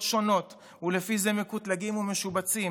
שונות ולפי זה מקוטלגים ומשובצים.